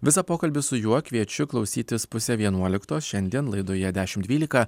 visą pokalbį su juo kviečiu klausytis pusę vienuoliktos šiandien laidoje dešimt dvylika